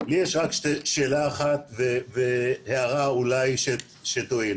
לי יש רק שאלה אחת והערה אולי שתועיל,